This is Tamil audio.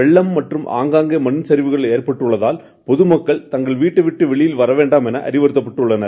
வெள்ளம் மற்றும் ஆங்காங்கே மண் சரிவுகள் ஏற்பட்டுள்ளதால் பொதுமக்கள் தங்கள் வீட்டை விட்டு வெளியே வாவேண்டாம் என்று அறிவுறத்தப்பட்டுள்ளனர்